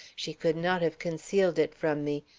she could not have concealed it from me.